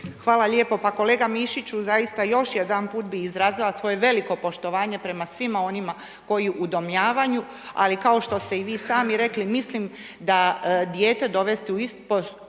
Hvala lijepo. Pa kolega Mišiću, zaista još jedanput bi izrazila svoje veliko poštovanje prema svima onima koji udomljavaju, ali kao što ste i vi sami rekli, mislim da dijete dovesti u istospolnu